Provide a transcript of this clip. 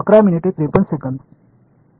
மாணவர் குறிப்பு நேரம் 1153